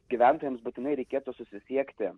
gyventojams būtinai reikėtų susisiekti